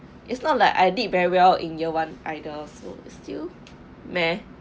it's not like I did very well in year one either so still meh